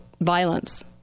violence